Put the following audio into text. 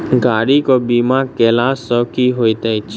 गाड़ी केँ बीमा कैला सँ की होइत अछि?